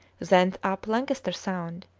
thence up lancaster sound,